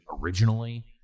originally